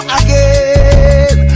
again